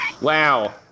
Wow